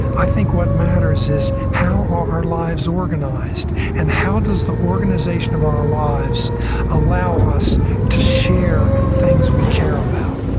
i think what matters is how are our lives organized and how does the organization of our lives allow us to share things we care about?